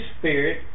spirit